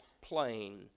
plain